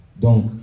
Donc